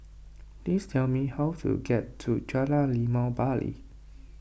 please tell me how to get to Jalan Limau Bali